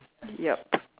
yup